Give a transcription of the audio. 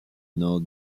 nom